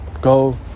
Go